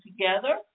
together